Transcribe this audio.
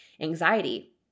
anxiety